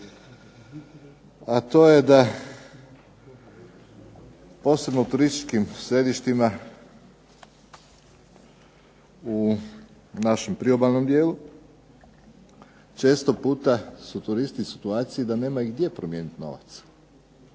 a to je da posebno u turističkim središtima u našem priobalnom dijelu, često puta su turisti u situaciji da nemaju promijeniti novac.